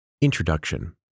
Introduction